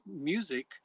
music